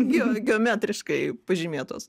geo geometriškai pažymėtas